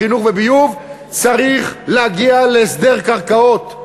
בחינוך וביוב צריך להגיע להסדר קרקעות.